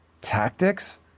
tactics